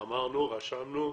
אמרנו, רשמנו.